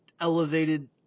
elevated